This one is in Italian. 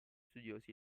studiosi